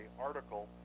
article